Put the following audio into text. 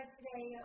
today